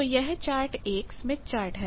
तो यह चार्ट एक स्मिथ चार्ट है